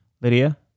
lydia